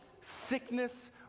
sickness